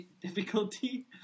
difficulty